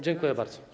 Dziękuję bardzo.